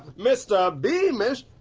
mr beamish?